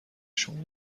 شما